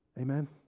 Amen